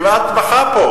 הוא כמעט בכה פה,